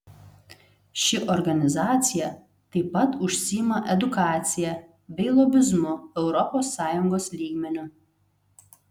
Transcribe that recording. ši organizacija taip pat užsiima edukacija bei lobizmu europos sąjungos lygmeniu